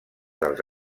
dels